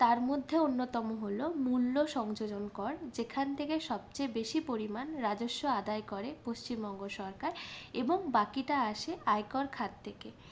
তার মধ্যে অন্যতম হল মূল্য সংযোজন কর যেখান থেকে সবচেয়ে বেশি পরিমাণ রাজস্ব আদায় করে পশ্চিমবঙ্গ সরকার এবং বাকিটা আসে আয়কর খাত থেকে